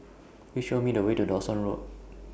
Please Show Me The Way to Dawson Road